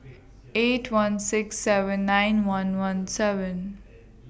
eight one six seven nine one one seven